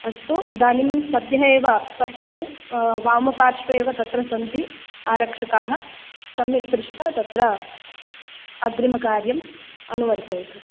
अस्तु इदानीं सद्यः एव पश्यतु वामपार्श्वे एव तत्र सन्ति आरक्षकाः सम्यक् दृष्टा तत्र अग्रिमकार्यम् अनुवर्तयतु